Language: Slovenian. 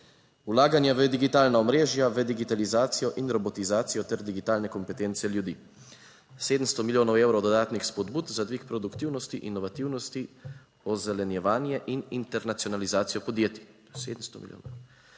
vlaganje v digitalna omrežja, v digitalizacijo in robotizacijo ter digitalne kompetence ljudi, 700 milijonov evrov dodatnih spodbud za dvig produktivnosti, inovativnosti, ozelenjevanje in internacionalizacijo podjetij 700 milijonov.